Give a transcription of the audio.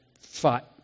fought